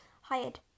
hired